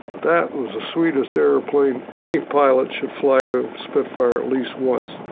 that was the sweetest airplane any pilot should fly a spitfire at least once.